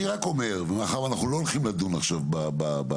אני רק אומר שמאחר ואנחנו לא הולכים לדון עכשיו בזה,